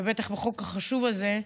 ובטח בחוק החשוב זה,